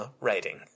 writing